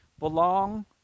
Belong